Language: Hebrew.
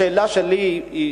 השאלה שלי היא,